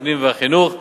הפנים והחינוך.